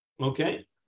Okay